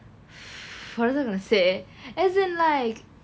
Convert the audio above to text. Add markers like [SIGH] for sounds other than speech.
[BREATH] what was I gonna say as in like